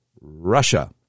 Russia